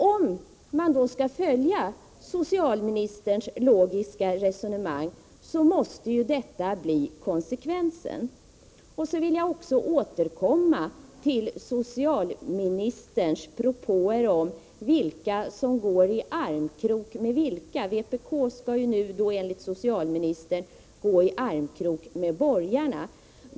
Om man skall följa socialministerns logiska resonemang, måste detta bli konsekvensen. Jag vill även återkomma till socialministerns propåer om vilka som går i armkrok med vilka. Vpk skulle enligt socialministern gå i armkrok med borgarna.